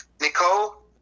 Nicole